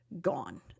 gone